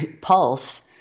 pulse